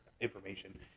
information